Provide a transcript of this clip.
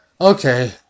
Okay